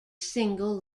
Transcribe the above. single